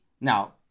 Now